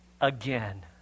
again